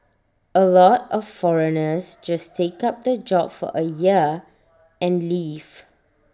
A lot of foreigners just take up the job for A year and leave